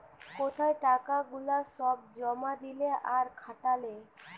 কোথায় টাকা গুলা সব জমা দিলে আর খাটালে